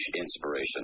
inspiration